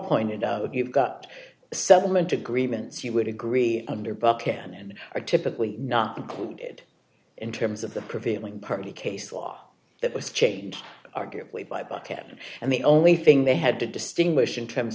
pointed out you've got settlement agreements you would agree under but can and are typically not included in terms of the prevailing party case law that was changed arguably by bucket and the only thing they had to distinguish in terms